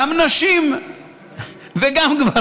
גם נשים וגם גברים.